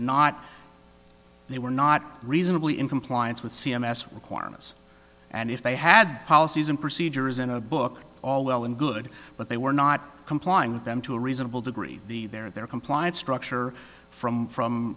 not they were not reasonably in compliance with c m s requirements and if they had policies and procedures in a book all well and good but they were not complying with them to a reasonable degree the their their compliance structure from